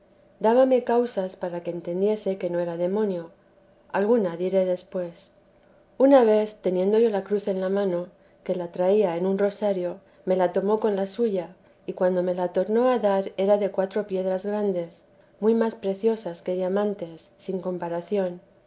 dábame causas para que entendiese que no era demonio alguna diré después una vez teniendo yo la cruz en la mano que la traía en un rosario me la tomó con la suya y cuando me la tornó a dar era de cuatro piedras grandes muy más preciosas que diamantes sin comparación